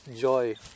joy